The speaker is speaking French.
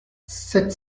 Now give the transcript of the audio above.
sept